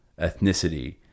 ethnicity